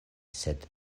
sed